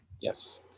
Yes